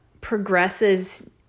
progresses